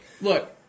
look